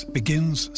begins